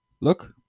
Look